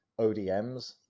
odms